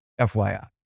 FYI